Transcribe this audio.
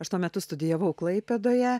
aš tuo metu studijavau klaipėdoje